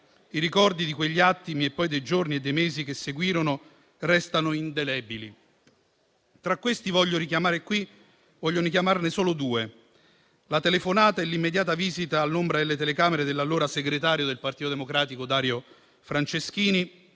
i ricordi di quegli attimi e poi dei giorni e dei mesi che seguirono restano indelebili. Tra questi voglio richiamarne solo due: la telefonata e l'immediata visita, all'ombra delle telecamere, dell'allora segretario del Partito Democratico Dario Franceschini